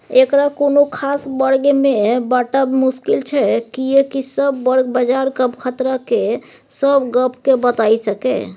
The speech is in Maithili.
एकरा कुनु खास वर्ग में बाँटब मुश्किल छै कियेकी सब वर्ग बजारक खतरा के सब गप के बताई सकेए